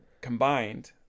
combined